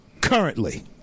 currently